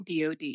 DOD